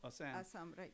Assam